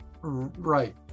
Right